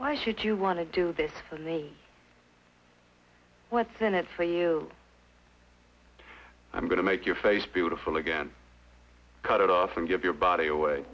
why should you want to do this for me what's in it for you i'm going to make your face beautiful again cut it off and give your body away